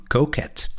Coquette